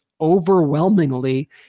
overwhelmingly